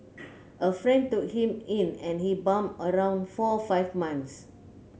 a friend took him in and he bummed around for five months